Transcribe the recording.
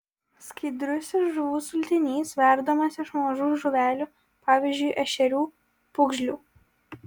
skaidrusis žuvų sultinys verdamas iš mažų žuvelių pavyzdžiui ešerių pūgžlių